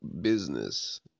business